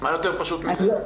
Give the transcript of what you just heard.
מה יותר פשוט מזה?